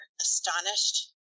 astonished